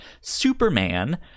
superman